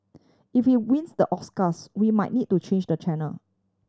if he wins the Oscars we might need to change the channel